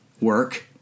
work